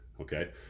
Okay